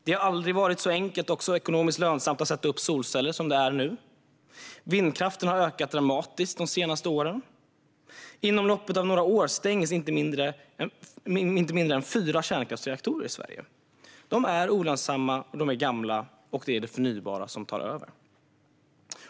Det har aldrig varit så enkelt och ekonomiskt lönsamt att sätta upp solceller som det är nu. Vindkraften har ökat dramatiskt de senaste åren. Och inom loppet av några år kommer inte mindre än fyra kärnkraftsreaktorer att stängas i Sverige. De är olönsamma och gamla. Det är det förnybara som tar över.